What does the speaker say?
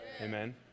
Amen